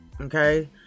Okay